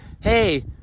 hey